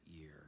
year